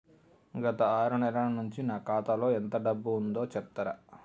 గత ఆరు నెలల నుంచి నా ఖాతా లో ఎంత డబ్బు ఉందో చెప్తరా?